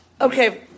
Okay